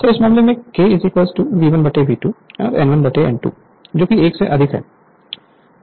तो इस मामले में K V1V2 N1N2 जो 1 से अधिक है